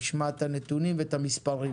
נשמע את הנתונים ואת המספרים.